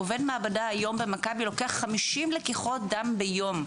עובד מעבדה היום במכבי לוקח 50 לקיחות דם ביום.